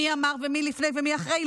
מי אמר ומי לפני ומי אחרי,